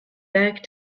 bank